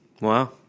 Wow